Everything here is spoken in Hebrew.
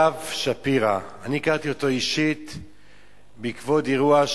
ישבתי שעה שלמה וחיפשתי איפה הוא כתב שאפשר להרוג גויים,